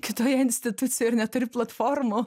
kitoj institucijoj ir neturi platformų